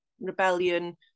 rebellion